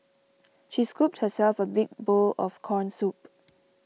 she scooped herself a big bowl of Corn Soup